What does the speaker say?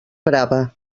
brava